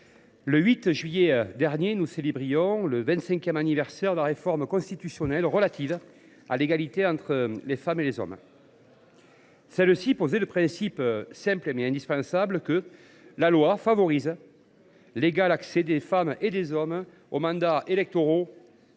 le 8 juillet dernier, nous célébrions le vingt cinquième anniversaire de la révision constitutionnelle relative à l’égalité entre les femmes et les hommes. Celle ci posait ce principe simple, mais indispensable :« La loi favorise l’égal accès des femmes et des hommes aux mandats électoraux